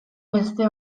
beste